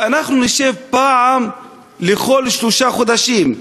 ואנחנו נשב פעם אחת בכל שלושה חודשים,